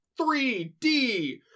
3D